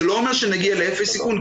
זה לא אומר שנגיע לאפס סיכון,